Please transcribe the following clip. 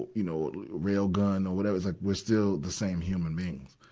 you know, or rail gun or whatever. it's like we're still the same human beings.